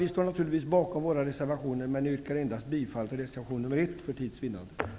Vi står naturligtvis bakom våra reservationer, men för tids vinnande yrkar jag bifall endast till reservation nr 1.